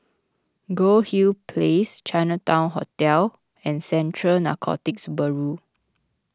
Goldhill Place Chinatown Hotel and Central Narcotics Bureau